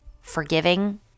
forgiving